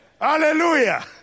hallelujah